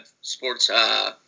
sports